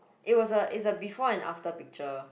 it was a it's a before and after picture